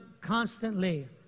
constantly